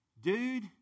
Dude